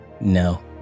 No